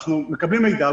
אנחנו מקבלים מידע,